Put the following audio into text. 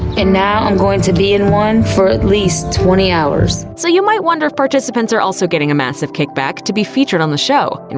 and now i'm going to be in one for at least twenty hours. so you might wonder if participants are also getting a massive kickback to be featured on the show.